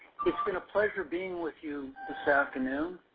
been a pleasure being with you this afternoon.